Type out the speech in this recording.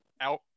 out